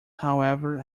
however